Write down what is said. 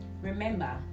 Remember